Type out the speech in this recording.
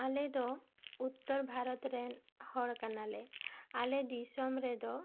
ᱟᱞᱮ ᱫᱚ ᱩᱛᱛᱚᱨ ᱵᱷᱟᱨᱚᱛ ᱨᱮᱱ ᱦᱚᱲ ᱠᱟᱱᱟ ᱞᱮ ᱟᱞᱮ ᱫᱤᱥᱚᱢ ᱨᱮᱫᱚ